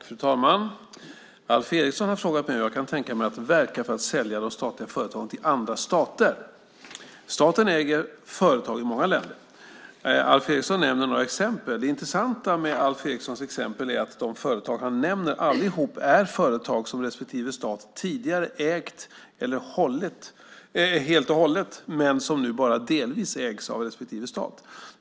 Fru talman! Alf Eriksson har frågat mig om jag kan tänka mig att verka för att sälja de statliga företagen till andra stater. Staten äger företag i många länder. Alf Eriksson nämner några exempel. Det intressanta med Alf Erikssons exempel är att de företag han nämner allihop är företag som respektive stat tidigare ägt helt och hållet men som nu bara delvis ägs av respektive stat.